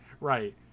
Right